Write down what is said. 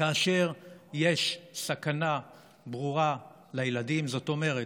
כאשר יש סכנה ברורה לילדים, זאת אומרת,